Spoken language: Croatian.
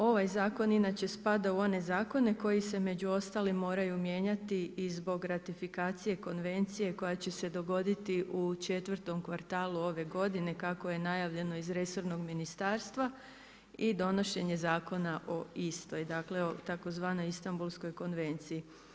Ovaj zakon inače spada u one zakone koji se među ostalima moraju mijenjati i zbog ratifikacije konvencije koja će se dogoditi u 4 kvartalu ove godine, kako je najavljeno iz resornog ministarstva i donošenje zakona o istoj, dakle o tzv. Istambulskoj konvenciji.